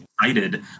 excited